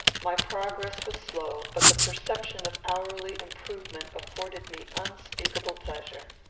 my progress was slow but the perception of hourly improvement afforded me unspeakable pleasure.